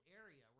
area